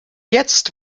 jetzt